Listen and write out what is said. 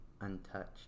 untouched